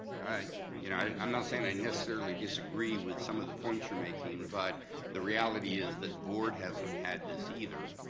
you know i'm not saying that i necessarily disagree with some of the points you're making, but the reality is that the board hasn't had this either.